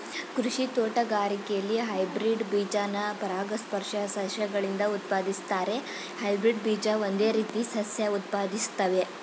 ಕೃಷಿ ತೋಟಗಾರಿಕೆಲಿ ಹೈಬ್ರಿಡ್ ಬೀಜನ ಪರಾಗಸ್ಪರ್ಶ ಸಸ್ಯಗಳಿಂದ ಉತ್ಪಾದಿಸ್ತಾರೆ ಹೈಬ್ರಿಡ್ ಬೀಜ ಒಂದೇ ರೀತಿ ಸಸ್ಯ ಉತ್ಪಾದಿಸ್ತವೆ